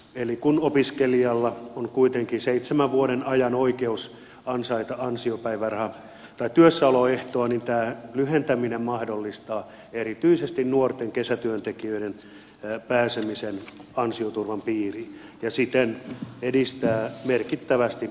eli kun opiskelijalla on kuitenkin seitsemän vuoden ajan oikeus ansaita työssäoloehtoa niin tämä lyhentäminen mahdollistaa erityisesti nuorten kesätyöntekijöiden pääsemisen ansioturvan piiriin ja siten edistää merkittävästi sosiaalista oikeudenmukaisuutta